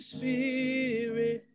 Spirit